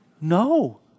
No